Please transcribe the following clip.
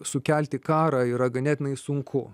sukelti karą yra ganėtinai sunku